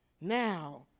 Now